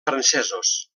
francesos